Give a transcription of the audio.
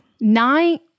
nine